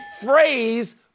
phrase